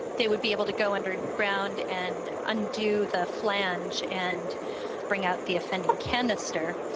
they would be able to go underground and undo the flange and bring out the offending cannister.